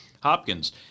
Hopkins